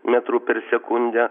metrų per sekundę